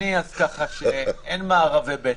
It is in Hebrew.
אין מארבי בטן.